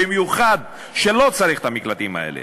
במיוחד כשלא צריך את המקלטים האלה.